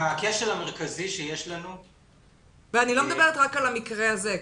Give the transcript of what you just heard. אני לא מדברת רק על המקרה הזה.